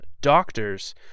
doctors